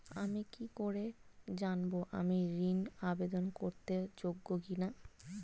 আমি কি করে জানব আমি ঋন আবেদন করতে যোগ্য কি না?